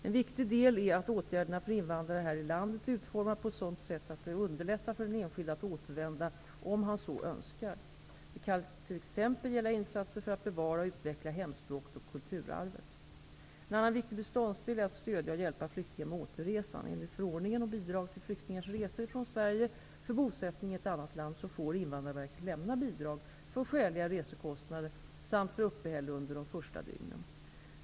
En viktig del är att åtgärderna för invandrare här i landet är utformade på ett sådant sätt att det underlättar för den enskilde att återvända om han så önskar. Det kan t.ex. gälla insatser för att bevara och utveckla hemspråket och kulturarvet. En annan viktig beståndsdel är att stödja och hjälpa flyktingar med återresan. Enligt förordningen om bidrag till flyktingars resor från Sverige för bosättning i annat land får Indvandrarverket lämna bidrag för skäliga resekostnader samt för uppehälle under de första dygnen.